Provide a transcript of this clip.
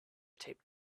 taped